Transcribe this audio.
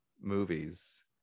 movies